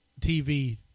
tv